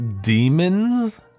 demons